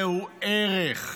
זהו ערך.